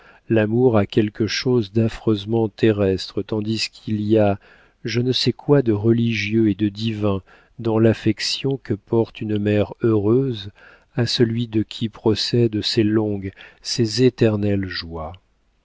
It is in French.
l'amour a quelque chose d'affreusement terrestre tandis qu'il y a je ne sais quoi de religieux et de divin dans l'affection que porte une mère heureuse à celui de qui procèdent ces longues ces éternelles joies